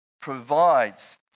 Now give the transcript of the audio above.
provides